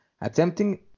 attempting